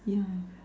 yeah